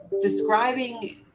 describing